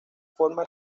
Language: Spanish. forma